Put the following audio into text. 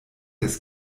des